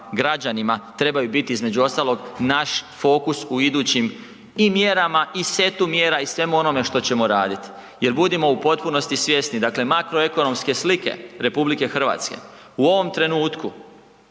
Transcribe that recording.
građanima trebaju biti između ostalog, naš fokus u idućim i mjerama i setu mjera i svemu onome što ćemo raditi jer budimo u potpunosti svjesni dakle makroekonomske slike RH u ovom trenutku,